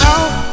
Out